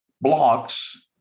blocks